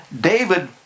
David